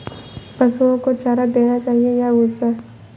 पशुओं को चारा देना चाहिए या भूसा?